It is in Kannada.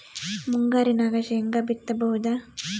ಮುಂಗಾರಿನಾಗ ಶೇಂಗಾ ಬಿತ್ತಬಹುದಾ?